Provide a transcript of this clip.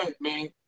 man